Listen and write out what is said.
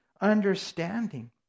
understanding